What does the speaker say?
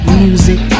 music